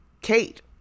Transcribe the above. Kate